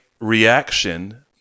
reaction